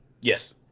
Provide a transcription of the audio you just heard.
Yes